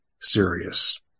serious